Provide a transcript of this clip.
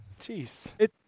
Jeez